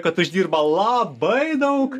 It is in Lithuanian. kad uždirba labai daug